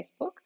facebook